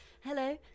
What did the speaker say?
Hello